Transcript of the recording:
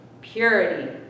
Purity